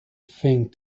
thing